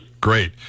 Great